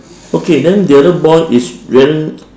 okay then the other boy is wearing